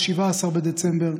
17 בדצמבר,